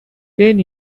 ten